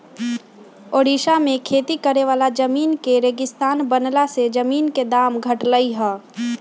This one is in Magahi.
ओड़िशा में खेती करे वाला जमीन के रेगिस्तान बनला से जमीन के दाम घटलई ह